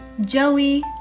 Joey